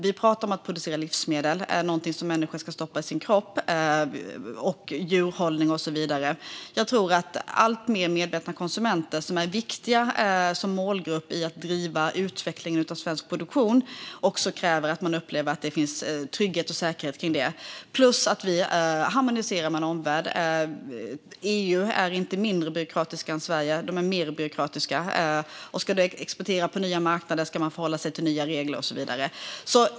Vi pratar om att producera livsmedel - något som människor ska stoppa i kroppen - och djurhållning och så vidare. Jag tror att alltmer medvetna konsumenter, som är viktiga som målgrupp i att driva utvecklingen av svensk produktion, också kräver att det ska finnas trygghet och säkerhet kring det. Lägg till det att vi harmoniserar med en omvärld. EU är inte mindre byråkratiskt än Sverige utan mer byråkratiskt, och ska man exportera till nya marknader ska man förhålla sig till nya regler och så vidare.